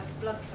blood